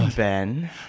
Ben